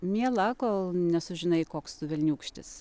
miela kol nesužinai koks tu velniūkštis